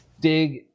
dig